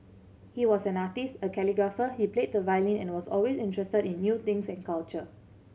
he was an artist a calligrapher he played the violin and was always interested in new things and culture